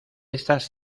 estas